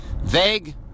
Vague